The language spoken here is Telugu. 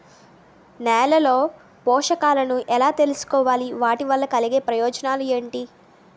నేలలో పోషకాలను ఎలా తెలుసుకోవాలి? వాటి వల్ల కలిగే ప్రయోజనాలు ఏంటి?